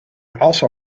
also